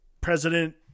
president –